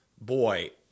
Boy